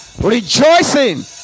rejoicing